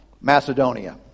Macedonia